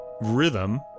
rhythm